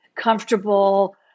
comfortable